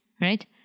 right